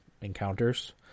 encounters